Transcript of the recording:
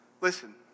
Listen